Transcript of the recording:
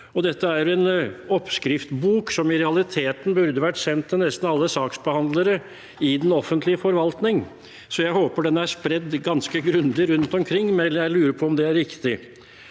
Dette er en oppskriftsbok som i realiteten burde vært sendt til nesten alle saksbehandlere i den offentlige forvaltning. Så jeg håper den er spredd ganske grundig rundt omkring, men jeg lurer på om det er riktig.